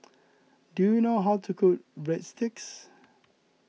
do you know how to cook Breadsticks